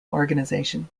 organization